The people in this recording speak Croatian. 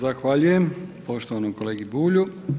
Zahvaljujem poštovanom kolegi Bulju.